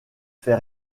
fait